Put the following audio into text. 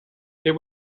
there